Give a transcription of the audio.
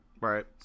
Right